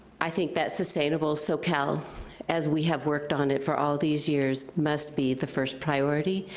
i think that sustainable soquel, as we have worked on it for all these years, must be the first priority,